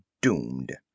doomed